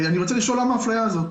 אני רוצה לשאול למה האפליה הזו.